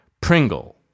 Pringle